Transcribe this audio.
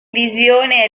visione